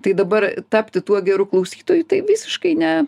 tai dabar tapti tuo geru klausytoju tai visiškai ne